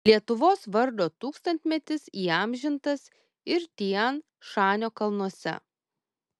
lietuvos vardo tūkstantmetis įamžintas ir tian šanio kalnuose